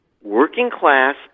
working-class